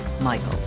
Michael